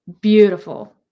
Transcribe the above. beautiful